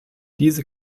diese